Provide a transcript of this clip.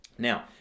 Now